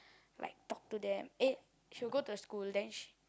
like talk to them eh she'll go to the school then she